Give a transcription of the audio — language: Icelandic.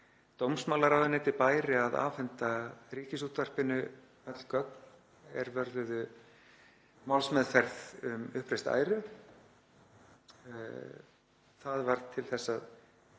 dómsmálaráðuneytinu bæri að afhenda Ríkisútvarpinu öll gögn er vörðuðu málsmeðferð um uppreist æru. Það varð til þess að